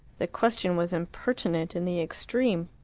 the question was impertinent in the extreme.